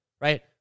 right